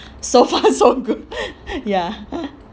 so far so good ya